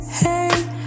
hey